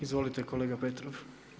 Izvolite kolega Petrov.